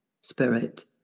spirit